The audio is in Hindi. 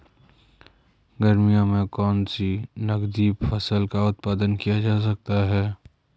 गर्मियों में कौन सी नगदी फसल का उत्पादन किया जा सकता है?